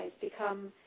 become